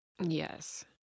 Yes